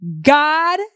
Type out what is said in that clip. God